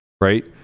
right